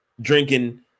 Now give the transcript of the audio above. drinking